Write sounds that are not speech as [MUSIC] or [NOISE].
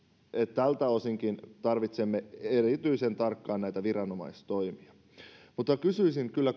tältä osinkin tarvitsemme erityisen tarkkoja viranomaistoimia mutta kysyisin kyllä [UNINTELLIGIBLE]